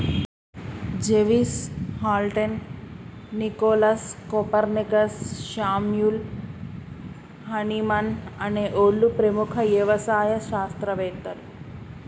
జెవిస్, Haldane, Nicolas, Copernicus, Samuel Hahnemann అనే ఓళ్ళు ప్రముఖ యవసాయ శాస్త్రవేతలు